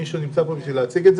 מישהו נמצא פה כדי להציג?